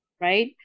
right